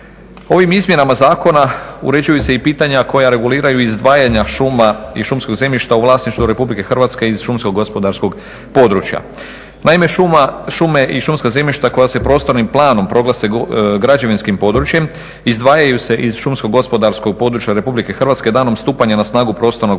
Ovim izmjenama zakona uređuju se i pitanja koja reguliraju izdvajanja šuma i šumskog zemljišta u vlasništvo RH iz Šumsko-gospodarskog područja. Naime, šume i šumska zemljišta koja se prostornim planom proglase građevinskim područjem izdvajaju se iz Šumsko-gospodarskog područja RH danom stupanja na snagu prostornog plana